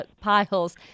piles